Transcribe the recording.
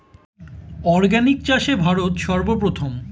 organic চাষে ভারত সর্বপ্রথম